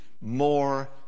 more